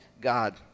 God